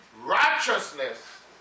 righteousness